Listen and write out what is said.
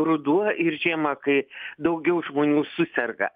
ruduo ir žiema kai daugiau žmonių suserga